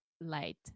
light